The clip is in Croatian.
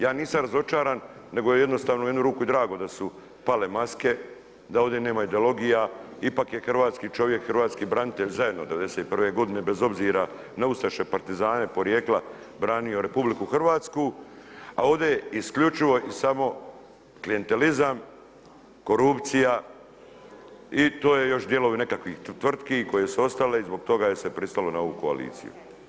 Ja nisam razočaran, nego je jednostavno u jednu ruku i drago da su pale maske, da ovdje nema ideologija, ipak je hrvatski čovjek, hrvatski branitelj, zajedno 91' godine bez obzira na ustaše, partizane, porijekla branio RH, a ovdje je isključivo i samo klijentelizam, korupcija i to je još djelom nekakvih tvrtki koje su ostale i zbog toga se pristalo na ovu koaliciju.